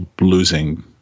losing